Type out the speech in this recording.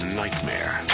nightmare